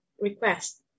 request